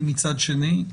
היא מצד שני.